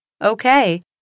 Okay